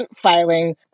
filing